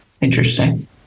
Interesting